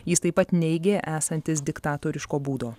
jis taip pat neigė esantis diktatoriško būdo